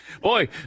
Boy